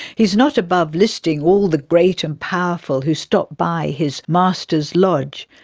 he's not above listing all the great and powerful who stopped by his master's lodge,